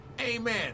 Amen